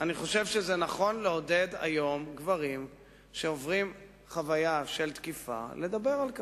אני חושב שזה נכון לעודד היום גברים שעוברים חוויה של תקיפה לדבר על כך.